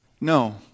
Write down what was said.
No